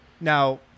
Now